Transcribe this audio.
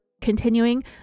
continuing